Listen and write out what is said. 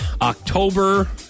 October